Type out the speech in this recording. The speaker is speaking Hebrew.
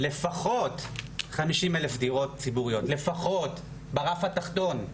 לפחות, 50 אלף דירות ציבוריות, לפחות, ברף התחתון,